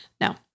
No